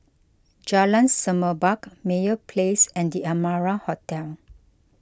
Jalan Semerbak Meyer Place and the Amara Hotel